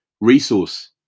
resource